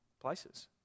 places